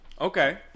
Okay